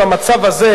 בנושא: